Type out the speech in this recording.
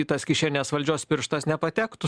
į tas kišenes valdžios pirštas nepatektų